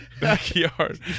backyard